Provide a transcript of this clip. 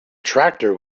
tractor